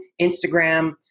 Instagram